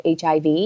HIV